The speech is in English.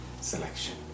selection